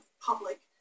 public